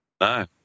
No